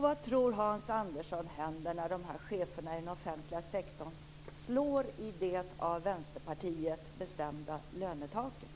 Vad tror Hans Andersson händer när de här cheferna inom den offentliga sektorn slår i det av Vänsterpartiet bestämda lönetaket?